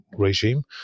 regime